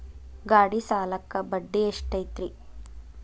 ಗಾಡಿ ಸಾಲಕ್ಕ ಬಡ್ಡಿ ಎಷ್ಟೈತ್ರಿ?